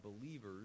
believers